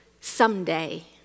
someday